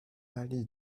ali